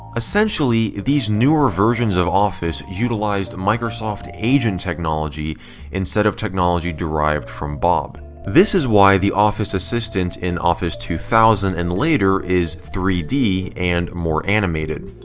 essentially, these newer versions of office utilized microsoft agent technology instead of technology derived from bob. bob. this is why the office assistant in office two thousand and later is three d and more animated.